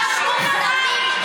אתם שורפים,